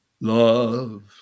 Love